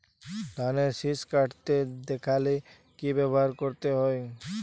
ধানের শিষ কাটতে দেখালে কি ব্যবহার করতে হয়?